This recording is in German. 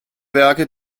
werke